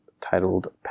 titled